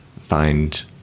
find